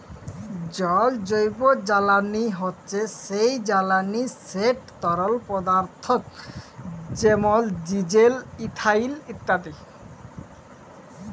জল জৈবজ্বালানি হছে সেই জ্বালানি যেট তরল পদাথ্থ যেমল ডিজেল, ইথালল ইত্যাদি